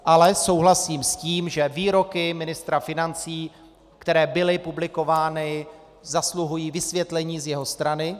Ale souhlasím s tím, že výroky ministra financí, které byly publikovány, zasluhují vysvětlení z jeho strany.